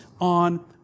on